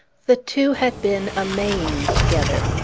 the two had been a-maying together.